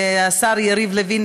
השר יריב לוין,